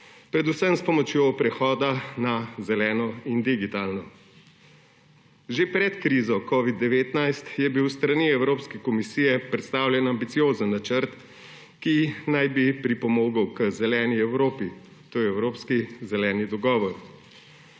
predvsem s pomočjo prehoda na zeleno in digitalno. Že pred krizo covida-19 je bil s strani Evropske komisije predstavljen ambiciozen načrt, ki naj bi pripomogel k zeleni Evropi, to je Evropski zeleni dogovor.